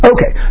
Okay